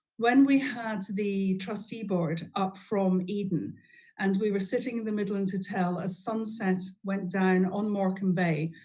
when we had the trustee board up from eden and we were sitting in the middle and to tell as sunset went down on morecambe bay,